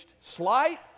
Slight